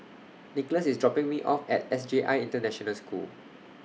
Nicholas IS dropping Me off At S J I International School